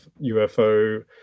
UFO